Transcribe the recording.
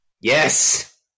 Yes